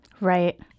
Right